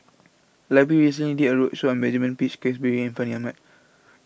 library recently did a roadshow on Benjamin Peach Keasberry and Fandi Ahmad